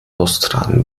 austragen